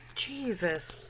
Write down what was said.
Jesus